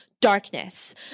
darkness